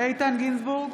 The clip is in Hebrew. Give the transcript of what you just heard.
איתן גינזבורג,